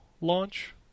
launch